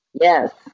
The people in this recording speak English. Yes